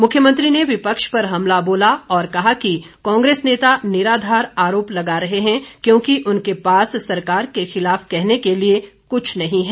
मुख्यमंत्री ने विपक्ष पर हमला बोला और कहा कि कांग्रेस नेता निराधार आरोप लगा रहे हैं क्योंकि उनके पास सरकार के खिलाफ कहने के लिए कुछ नहीं है